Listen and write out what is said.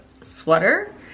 sweater